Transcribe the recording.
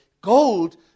Gold